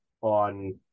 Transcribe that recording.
on